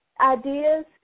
ideas